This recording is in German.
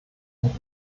und